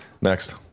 next